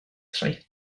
traeth